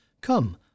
Come